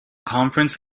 conference